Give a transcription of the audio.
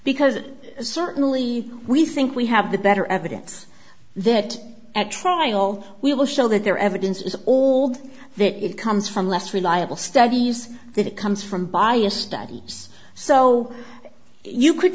because certainly we think we have the better evidence that at trial we will show that their evidence is old that it comes from less reliable studies that it comes from biased so you could